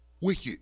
wicked